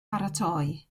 baratoi